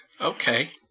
okay